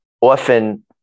often